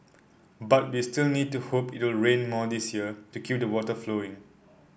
but we still need to hope it will rain more this year to keep the water flowing